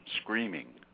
screaming